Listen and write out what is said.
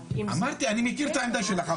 אמרתי, אני מכיר את העמדה שלך.